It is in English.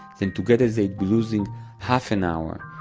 then together they'd be losing half an hour,